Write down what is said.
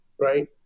right